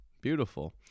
Beautiful